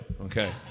Okay